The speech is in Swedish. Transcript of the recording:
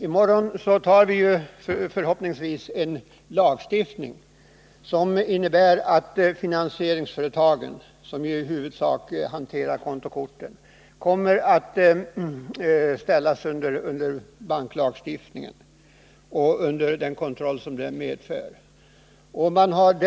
I morgon fattar vi förhoppningsvis beslut om en lag som innebär att finansieringsföretagen, som i huvudsak hanterar frågan om kontokorten, kommer att ställas under banklagstiftningen och den kontroll som detta medför.